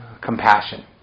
compassion